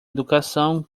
educação